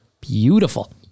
Beautiful